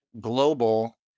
global